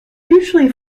usually